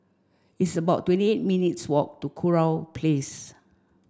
it's about twenty eight minutes' walk to Kurau Place